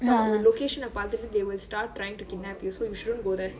ah